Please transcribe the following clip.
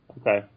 Okay